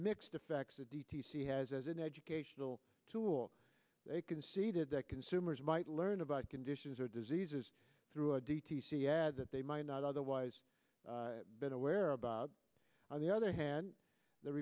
mixed effects the d t c has as an educational tool they conceded that consumers might learn about conditions or diseases through a d t c ad that they might not otherwise been aware about on the other hand the